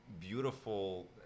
beautiful